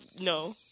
No